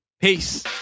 Peace